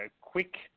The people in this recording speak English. quick